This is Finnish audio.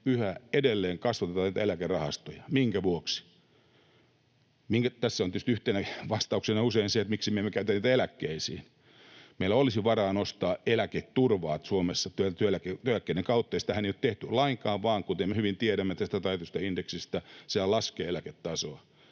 yhä edelleen kasvatetaan näitä eläkerahastoja: minkä vuoksi? Tässä on tietysti yhtenä vastauksena usein se, että miksi me emme käytä niitä eläkkeisiin. Meillä olisi varaa nostaa eläketurvaa Suomessa työeläkkeiden kautta, ja sitähän ei ole tehty lainkaan, vaan kuten me hyvin tiedämme tästä taitetusta indeksistä, niin sehän laskee eläketasoa.